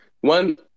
one